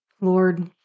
Lord